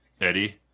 Eddie